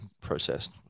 processed